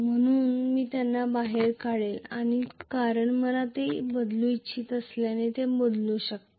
म्हणूनच मी त्यांना बाहेर काढले आहे कारण मी ते बदलू इच्छित असल्यास ते बदलू शकतात